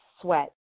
sweat